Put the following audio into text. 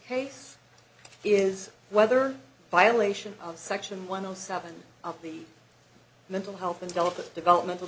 case is whether violation of section one o seven of the mental health and delicate development